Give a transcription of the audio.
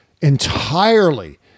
entirely